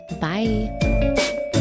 Bye